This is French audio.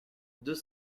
deux